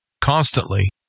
constantly